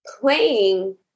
playing